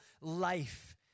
life